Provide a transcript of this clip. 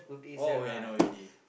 oh wait I know already